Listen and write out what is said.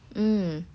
mm